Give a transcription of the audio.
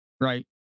right